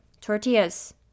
Tortillas